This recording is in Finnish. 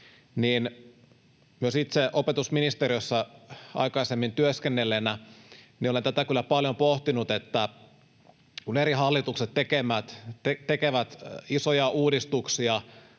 myös itse opetusministeriössä aikaisemmin työskennelleenä olen tätä kyllä paljon pohtinut, että kun eri hallitukset tekevät isoja uudistuksia,